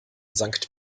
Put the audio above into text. sankt